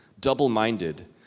double-minded